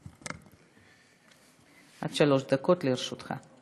עד שלוש דקות לרשותך.